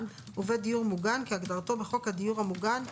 ובית דיור מוגן כהגדרתו בחוק הדיור המוגן,